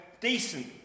decent